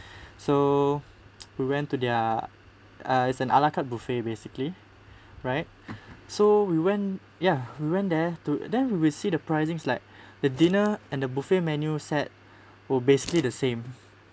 so we went to their uh it's an a la carte buffet basically right so we went ya we went there to then when we see the pricing it's like the dinner and the buffet menu set were basically the same